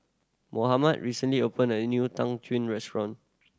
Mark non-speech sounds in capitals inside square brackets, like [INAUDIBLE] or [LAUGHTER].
Mohamed recently opened a new tang [UNINTELLIGIBLE] restaurant